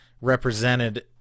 represented